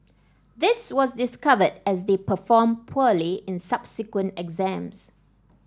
this was discovered as they performed poorly in subsequent exams